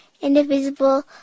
indivisible